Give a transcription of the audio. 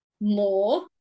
more